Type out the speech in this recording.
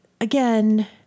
again